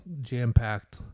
jam-packed